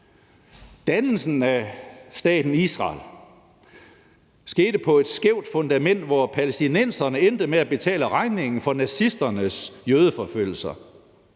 Dannelsen af staten Israel skete på et skævt fundament, hvor palæstinenserne endte med at betale regningen for nazisternes jødeforfølgelser.